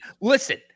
listen